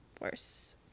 Worse